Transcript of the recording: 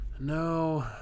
No